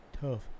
tough